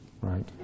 right